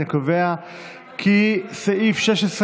אני קובע כי סעיף 16 אושר.